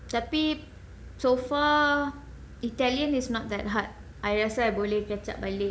tapi so far italian is not that hard I rasa I boleh catch up balik